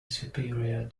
superior